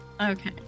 Okay